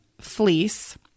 fleece